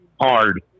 Hard